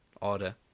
order